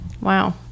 Wow